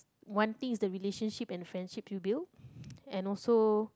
one thing is the relationship and the friendships you built and also